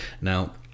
Now